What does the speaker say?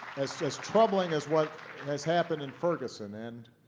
as as troubling as what has happened in ferguson and